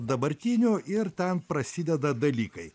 dabartinių ir ten prasideda dalykai